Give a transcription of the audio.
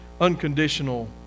unconditional